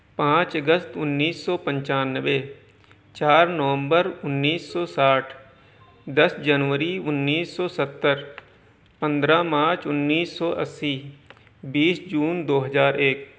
پانچ اگست انیس سو پچانوے چار نومبر انیس سو ساٹھ دس جنوری انیس سو ستر پندرہ مارچ انیس سو اسی بیس جون دو ہزار ایک